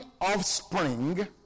offspring